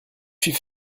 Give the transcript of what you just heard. suis